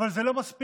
אבל זה לא מספיק.